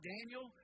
Daniel